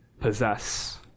possess